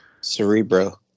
Cerebro